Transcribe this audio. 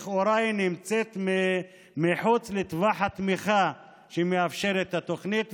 לכאורה נמצאת מחוץ לטווח התמיכה שמאפשרת התוכנית.